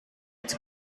its